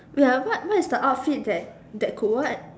ya what what is the outfits that that could what